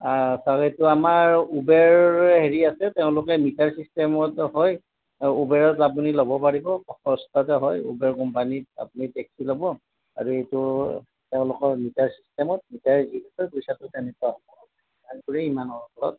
তালৈতো আমাৰ উবেৰ হেৰি আছে তেওঁলোকে মিটাৰ চিষ্টেমত হয় উবেৰত আপুনি ল'ব পাৰিব সস্তাতে হয় উবেৰ কোম্পানীত আপুনি টেক্সি ল'ব আৰু এইটো তেওঁলোকৰ মিটাৰ চিষ্টেমত মিটাৰ ৰীড কৰি পইচাটো তেনেকুৱা হয়